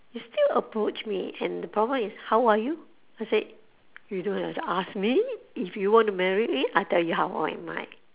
he still approach me and the problem is how are you I said you don't just ask me if you want to marry me I tell you how old am I